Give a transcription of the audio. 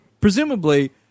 presumably